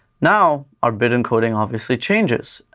now, our bit encoding obviously changes,